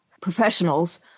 Professionals